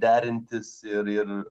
derintis ir ir